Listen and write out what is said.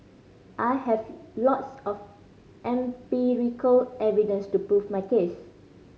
I have lots of empirical evidence to prove my case